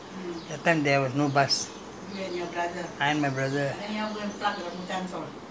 my time went I went to school it was in the in the the lorry lah that time there was no bus